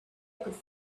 could